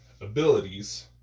abilities